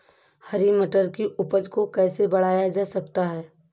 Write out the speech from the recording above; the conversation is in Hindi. हरी मटर की उपज को कैसे बढ़ाया जा सकता है?